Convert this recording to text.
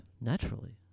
naturally